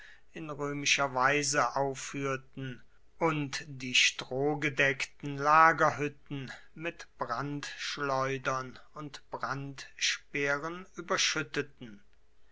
in römischer weise aufführten und die strohgedeckten lagerhütten mit brandschleudern und brandspeeren überschütteten